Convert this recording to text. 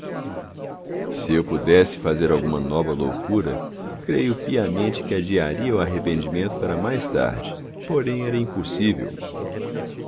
se eu pudesse fazer alguma nova loucura creio piamente que adiaria o arrependimento para mais tarde porém era impossível